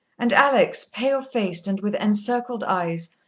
and alex, pale-faced and with encircled eyes,